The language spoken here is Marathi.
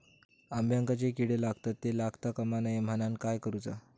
अंब्यांका जो किडे लागतत ते लागता कमा नये म्हनाण काय करूचा?